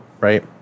right